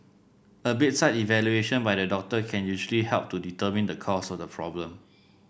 a bedside evaluation by the doctor can usually help to determine the cause of the problem